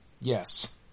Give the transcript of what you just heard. Yes